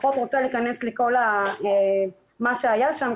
אני פחות רוצה להיכנס לכל מה שהיה שם,